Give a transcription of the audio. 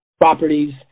properties